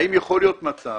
האם יכול להיות מצב